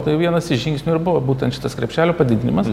tai vienas iš žingsnių ir buvo būtent šitas krepšelio padidinimas